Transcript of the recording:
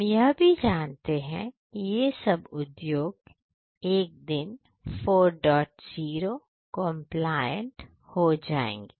हम जानते हैं कि यह सब उद्योग एक दिन 40 कंप्लायंट हो जाएंगे